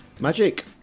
Magic